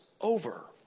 over